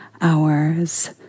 hours